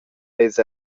eis